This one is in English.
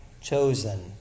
chosen